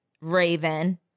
Raven